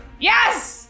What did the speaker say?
Yes